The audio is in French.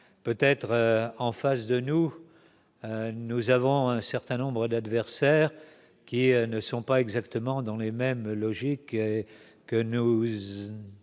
peut-être, en face de nous, nous avons un certain nombre d'adversaires qui ne sont pas exactement dans les mêmes logiques que nous